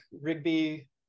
Rigby